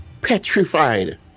petrified